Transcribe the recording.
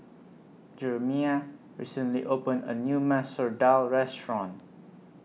Jerimiah recently opened A New Masoor Dal Restaurant